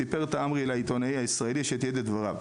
סיפר תעמרי לעיתונאי הישראלי שתיעד את דבריו,